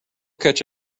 catch